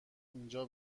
اینجا